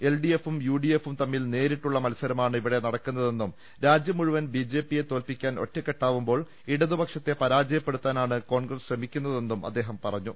എൽഡിഎഫും യുഡിഎഫും തമ്മിൽ നേരിട്ടുള്ള മത്സരമാണ് ഇവിടെ നടക്കുന്നതെന്നും രാജ്യം മുഴുവൻ ബിജെപിയെ തോൽപ്പിക്കാൻ ഒറ്റക്കെട്ടാവുമ്പോൾ ഇടതുപക്ഷത്തെ പരാജയപ്പെടുത്താനാണ് കോൺഗ്രസ് ശ്രമിക്കുന്നതെന്നും അദ്ദേഹം പറഞ്ഞു